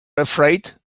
afraid